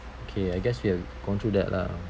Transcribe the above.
okay I guess we have gone through that lah